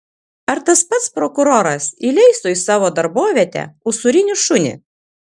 ar tas pats prokuroras įleistų į savo darbovietę usūrinį šunį